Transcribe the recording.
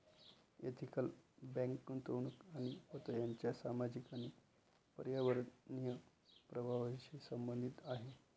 ethical bank गुंतवणूक आणि पत यांच्या सामाजिक आणि पर्यावरणीय प्रभावांशी संबंधित आहे